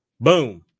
boom